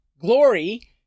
glory